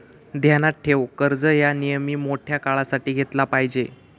ध्यानात ठेव, कर्ज ह्या नेयमी मोठ्या काळासाठी घेतला पायजे